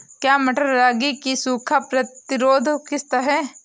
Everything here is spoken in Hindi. क्या मटर रागी की सूखा प्रतिरोध किश्त है?